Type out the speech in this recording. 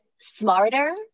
smarter